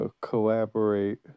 collaborate